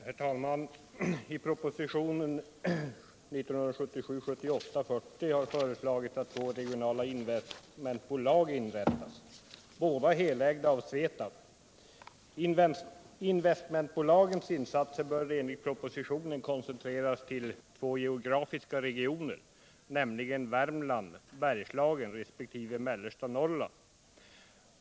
Herr talman! I propositionen 1977/78:40 har föreslagits att två regionala investmentbolag inrättas, båda helägda av SVETAB. Investmentbolagens insatser bör enligt propositionen koncentreras till två geografiska regioner, nämligen Värmland-Bergslagen resp. mellersta Norrland.